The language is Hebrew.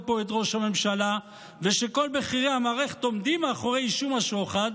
בו את ראש הממשלה ושכל בכירי המערכת עומדים מאחורי אישום השוחד,